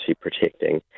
protecting